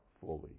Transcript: fully